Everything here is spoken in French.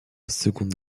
seconde